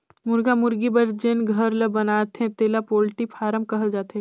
मुरगा मुरगी बर जेन घर ल बनाथे तेला पोल्टी फारम कहल जाथे